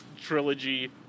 trilogy